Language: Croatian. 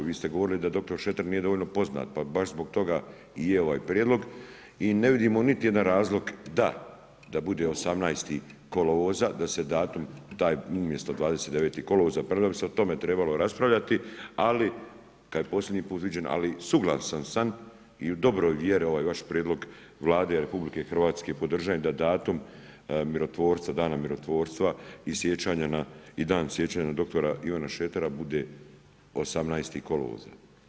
Vi ste govorili da dr. Šreter nije dovoljno poznat pa baš zbog toga i je ovaj prijedlog i ne vidimo niti jedan razlog da, da bude 18. kolovoza, da se datum taj umjesto 29. kolovoza prvo bi se o tome trebalo raspravljati, kada je posljednji put viđen, ali suglasan sam i u dobroj vjeri ovaj vaš prijedlog Vlade RH podržavam da datum mirotvorstva, dana mirotvorstva i dan sjećanje na dr. Ivana Šretera bude 18. kolovoza.